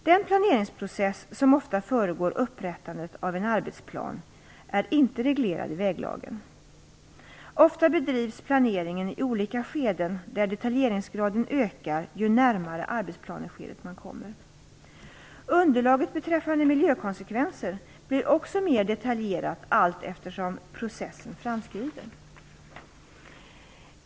Den planeringsprocess som ofta föregår upprättandet av en arbetsplan är inte reglerad i väglagen. Ofta bedrivs planeringen i olika skeden där detaljeringsgraden ökar ju närmare arbetsplaneskedet man kommer. Underlaget beträffande miljökonsekvenser blir också mer detaljerat allteftersom processen framskrider.